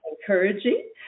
encouraging